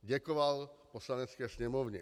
Děkoval Poslanecké sněmovně.